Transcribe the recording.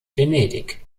venedig